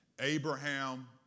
Abraham